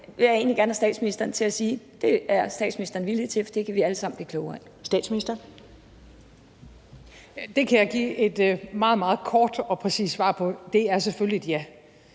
egentlig gerne have statsministeren til at sige at statsministeren er villig til at få lavet, for det kan vi alle sammen blive klogere